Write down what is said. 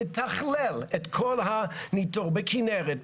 יתכלל את כל הניתור בכנרת,